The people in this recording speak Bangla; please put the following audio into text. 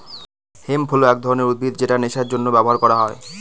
হেম্প হল এক ধরনের উদ্ভিদ যেটা নেশার জন্য ব্যবহার করা হয়